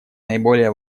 наиболее